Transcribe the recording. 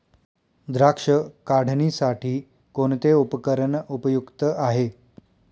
द्राक्ष काढणीसाठी कोणते उपकरण उपयुक्त आहे?